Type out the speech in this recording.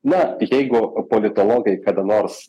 na jeigu politologai kada nors